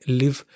live